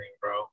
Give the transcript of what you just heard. bro